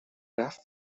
رفت